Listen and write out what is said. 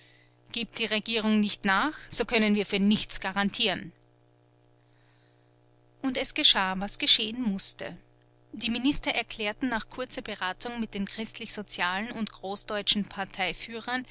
gibt die regierung nicht nach so können wir für nichts garantieren und es geschah was geschehen mußte die minister erklärten nach kurzer beratung mit den christlichsozialen und großdeutschen parteiführern